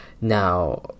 Now